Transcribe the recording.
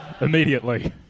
Immediately